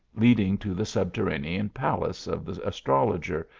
leading to the subterranean palace of the astrologer,